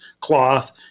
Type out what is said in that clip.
cloth